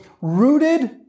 rooted